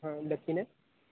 હા લખી ને